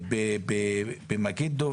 היינו במגידו